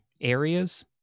areas